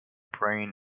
brain